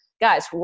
guys